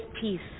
peace